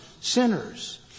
sinners